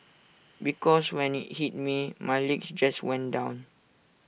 because when IT hit me my legs just went down